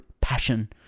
passion